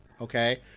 okay